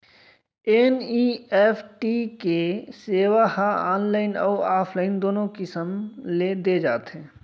NEFT के सेवा ह ऑनलाइन अउ ऑफलाइन दूनो किसम ले दे जाथे